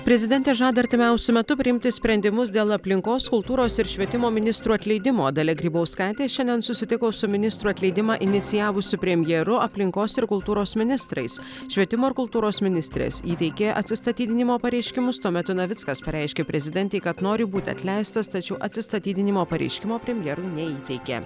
prezidentė žada artimiausiu metu priimti sprendimus dėl aplinkos kultūros ir švietimo ministrų atleidimo dalia grybauskaitė šiandien susitiko su ministrų atleidimą inicijavusiu premjeru aplinkos ir kultūros ministrais švietimo ir kultūros ministrės įteikė atsistatydinimo pareiškimus tuo metu navickas pareiškė prezidentei kad nori būti atleistas tačiau atsistatydinimo pareiškimo premjerui neįteikė